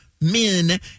men